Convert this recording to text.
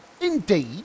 Indeed